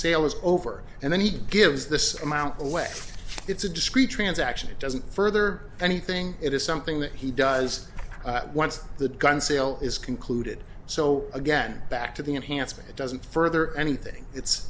sale is over and then he gives this amount away it's a discreet transaction it doesn't further anything it is something that he does at once the gun sale is concluded so again back to the enhancement it doesn't further anything it's